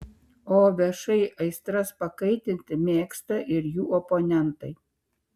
o viešai aistras pakaitinti mėgsta ir jų oponentai